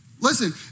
Listen